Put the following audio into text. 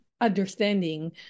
understanding